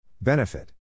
Benefit